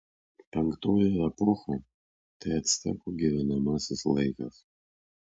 penktoji epocha tai actekų gyvenamasis laikas